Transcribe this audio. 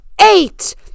eight